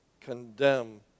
condemn